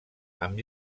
amb